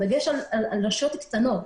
הדגש הוא על רשויות קטנות.